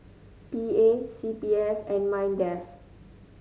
P A C P F and Mindef